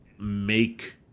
make